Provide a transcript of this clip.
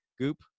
Goop